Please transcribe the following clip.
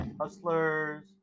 Hustlers